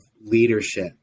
leadership